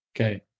Okay